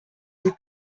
vous